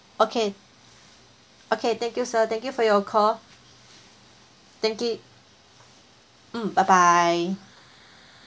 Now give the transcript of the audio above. okay okay thank you sir thank you for your call thank you um bye bye